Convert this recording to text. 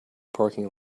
parking